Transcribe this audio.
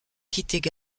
quittent